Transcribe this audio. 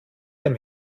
dem